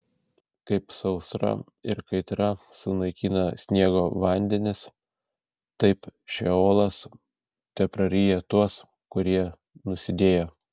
kaip sausra ir kaitra sunaikina sniego vandenis taip šeolas tepraryja tuos kurie nusidėjo